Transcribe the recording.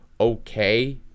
Okay